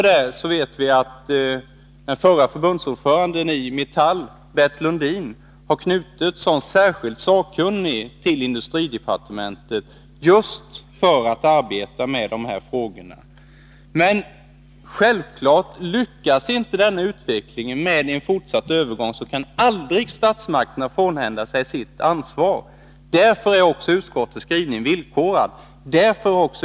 Dessutom har förre förbundsordföranden i Metall, Bert Lundin, knutits som särskilt sakkunnig till industridepartementet just för att arbeta med dessa frågor. Men lyckas man inte med denna inriktning på en fortsatt övergång kan statsmakterna självfallet aldrig frånhända sig sitt ansvar. Därför är utskottets skrivning villkorad.